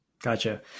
Gotcha